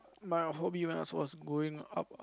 my hobby when I was was growing up ah